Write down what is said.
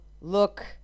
look